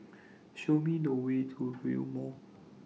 Show Me The Way to Rail Mall